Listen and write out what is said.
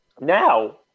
Now